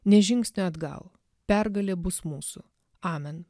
nė žingsnio atgal pergalė bus mūsų amen